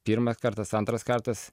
pirmas kartas antras kartas